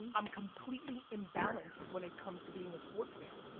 i'm completely imbalanced, when it comes to being a sports fan.